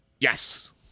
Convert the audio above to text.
Yes